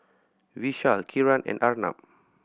Vishal Kiran and Arnab